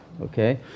Okay